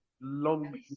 Long